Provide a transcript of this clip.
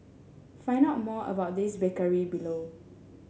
find out more about this bakery below